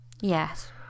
Yes